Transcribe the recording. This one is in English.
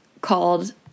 called